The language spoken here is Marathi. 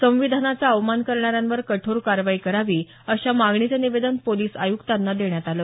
संविधानाचा अवमान करणाऱ्यांवर कठोर कारवाई करावी अशा मागणीचं निवेदनही पोलीस आयुक्तांना देण्यात आलं